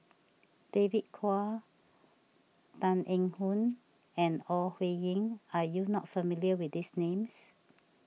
David Kwo Tan Eng Yoon and Ore Huiying are you not familiar with these names